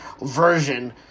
version